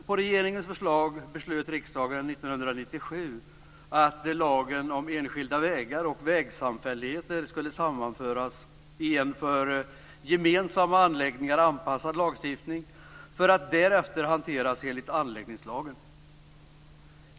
På regeringens förslag beslöt riksdagen 1997 att lagen om enskilda vägar och vägsamfälligheter skulle sammanföras i en för gemensamma anläggningar anpassad lagstiftning för att därefter hanteras enligt anläggningslagen.